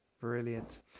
brilliant